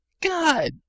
God